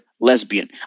lesbian